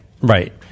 right